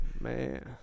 Man